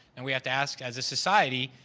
and we have to ask, as a society,